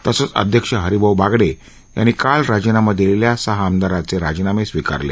तसंच अध्यक्ष हरीभाऊ बागडे यांनी काल राजीनामा दिलेल्या सहा आमदारांचे राजीनामे स्वीकारले